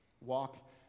Walk